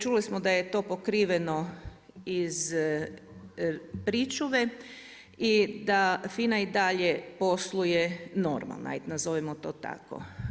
Čuli smo da je to pokriveno iz pričuve i da FINA i dalje posluje normalno, nazovimo to tako.